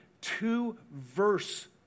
two-verse